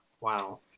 Wow